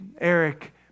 Eric